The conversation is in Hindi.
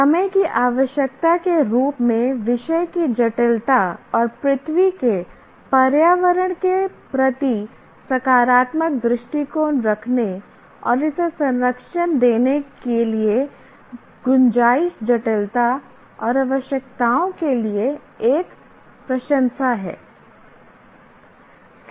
समय की आवश्यकता के रूप में विषय की जटिलता और पृथ्वी के पर्यावरण के प्रति सकारात्मक दृष्टिकोण रखने और इसे संरक्षण देने के लिए गुंजाईश जटिलता और आवश्यकताओं के लिए एक प्रशंसा है